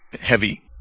heavy